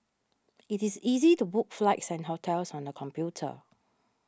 it is easy to book flights and hotels on the computer